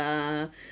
lah